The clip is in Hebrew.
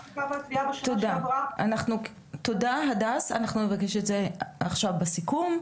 אנחנו נבקש את זה עכשיו בסיכום,